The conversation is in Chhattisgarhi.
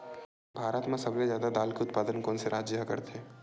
भारत मा सबले जादा दाल के उत्पादन कोन से राज्य हा करथे?